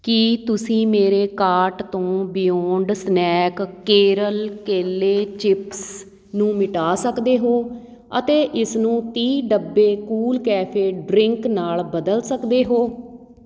ਕੀ ਤੁਸੀਂ ਮੇਰੇ ਕਾਰਟ ਤੋਂ ਬਿਯੋਨਡ ਸਨੈਕ ਕੇਰਲ ਕੇਲੇ ਚਿਪਸ ਨੂੰ ਮਿਟਾ ਸਕਦੇ ਹੋ ਅਤੇ ਇਸਨੂੰ ਤੀਹ ਡੱਬੇ ਕੂਲ ਕੈਫੇ ਡਰਿੰਕ ਨਾਲ ਬਦਲ ਸਕਦੇ ਹੋ